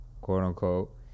quote-unquote